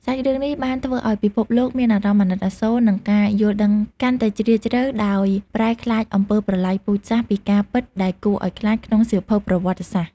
សាច់រឿងនេះបានធ្វើឲ្យពិភពលោកមានអារម្មណ៍អាណិតអាសូរ និងការយល់ដឹងកាន់តែជ្រាលជ្រៅ ដោយប្រែក្លាយអំពើប្រល័យពូជសាសន៍ពីការពិតដែលគួរឲ្យខ្លាចក្នុងសៀវភៅប្រវត្តិសាស្ត្រ។